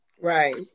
Right